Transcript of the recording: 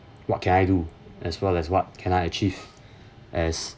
what can I do as well as what can I achieve as